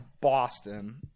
Boston